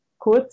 Kurz